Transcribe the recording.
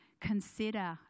consider